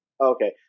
Okay